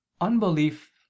unbelief